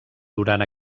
durant